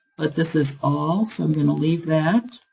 but this is all, so i'm going to leave that